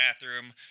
bathroom